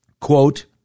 quote